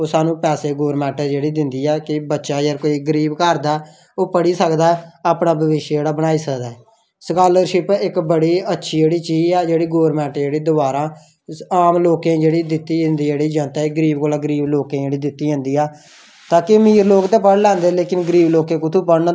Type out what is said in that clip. ते स्हानू पैसे जेह्ड़ी गौरमेंट दिंदी ऐ ते बच्चा अगर कोई गरीब घर दा ओह् पढ़ी सकदा ते अपना भविष्य जेह्ड़ा बनाई सकदा ऐ स्कॉलरशिप इक्क बड़ी अच्छी चीज़ ऐ जेह्ड़ी गौरमेंट जेह्ड़ी दोबारा आम लोकें गी जेह्ड़ी दित्ती जंदी ते गरीब लोकें गी जेह्ड़ी दित्ती जंदी ऐ ताकी अमीर लोक ते पढ़ी लैंदे गरीब लोकें कुत्थां पढ़ना जेह्ड़ा कोई